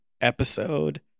episode